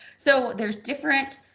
so there's different